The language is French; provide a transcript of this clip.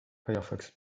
firefox